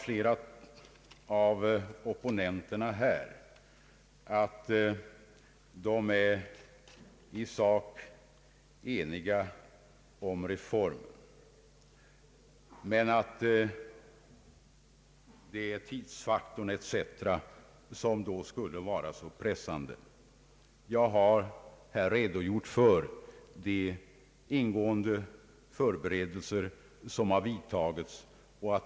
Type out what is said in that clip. Flera av opponenterna här har sagt att de i sak är med på att reformen genomförs men att tidsfaktorn etc. skulle vara så pressande. Jag har redogjort för de ingående förberedelser som vidtagits.